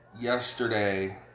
yesterday